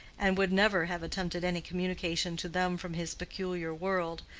and would never have attempted any communication to them from his peculiar world,